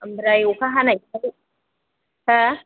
आमफ्राय अखा हानायखाय हो